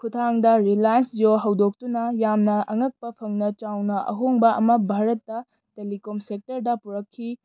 ꯈꯨꯊꯥꯡꯗ ꯔꯤꯂꯥꯏꯟꯁ ꯖꯤꯌꯣ ꯍꯧꯗꯣꯛꯇꯨꯅ ꯌꯥꯝꯅ ꯑꯉꯛꯄ ꯐꯪꯅ ꯆꯥꯎꯅ ꯑꯍꯣꯡꯕ ꯑꯃ ꯚꯥꯔꯠꯇ ꯇꯦꯂꯤꯀꯣꯝ ꯁꯦꯛꯇꯔꯗ ꯄꯨꯔꯛꯈꯤ